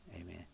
amen